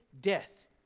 death